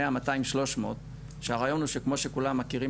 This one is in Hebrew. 100 200 300 שהרעיון הוא שכמו שכולם מכירים